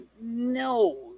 No